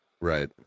Right